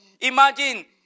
Imagine